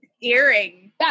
earring